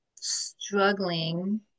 struggling